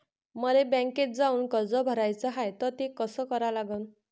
मले बँकेत जाऊन कर्ज भराच हाय त ते कस करा लागन?